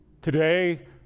Today